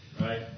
Right